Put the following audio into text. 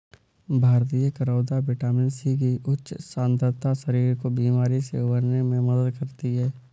भारतीय करौदा vitamin C की उच्च सांद्रता शरीर को बीमारी से उबरने में मदद करती है